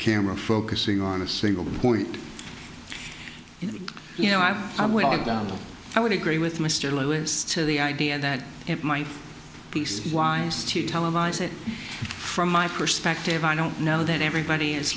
camera focusing on a single point and you know i've done i would agree with mr lewis to the idea that if my piece wise to televise it from my perspective i don't know that everybody is